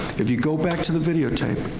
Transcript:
if you go back to the videotape,